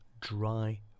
dry